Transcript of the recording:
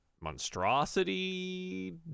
monstrosity